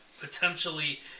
potentially